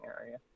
area